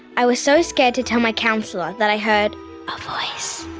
i was so scared to tell my counsellor that i heard a voice.